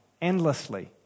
endlessly